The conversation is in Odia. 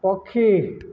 ପକ୍ଷୀ